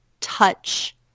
touch